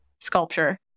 sculpture